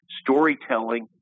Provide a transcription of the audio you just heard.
storytelling